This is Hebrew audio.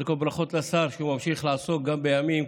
קודם כול ברכות לשר, שממשיך לעסוק גם בימים